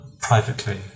privately